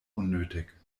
unnötig